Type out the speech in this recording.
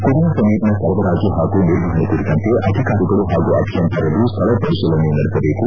ಕುಡಿಯುವ ನೀರಿನ ಸರಬರಾಜು ಹಾಗೂ ನಿರ್ವಹಣೆ ಕುರಿತಂತೆ ಅಧಿಕಾರಿಗಳು ಹಾಗೂ ಅಭಿಯಂತರರು ಸ್ವಳ ಪರಿತೀಲನೆ ನಡೆಸಬೇಕು